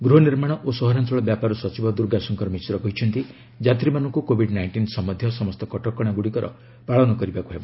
ଗୃହନିର୍ମାଣ ଓ ସହରାଞ୍ଚଳ ବ୍ୟାପାର ସଚିବ ଦୁର୍ଗାଶଙ୍କର ମିଶ୍ର କହିଛନ୍ତି ଯାତ୍ରୀମାନଙ୍କୁ କୋବିଡ୍ ନାଇଷ୍ଟିନ୍ ସମ୍ୟନ୍ଧୀୟ ସମସ୍ତ କଟକଣାଗୁଡ଼ିକର ପାଳନ କରିବାକୁ ହେବ